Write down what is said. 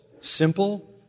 simple